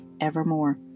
evermore